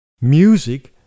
music